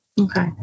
Okay